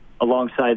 alongside